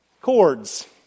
cords